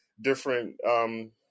different